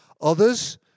Others